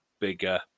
Bigger